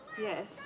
Yes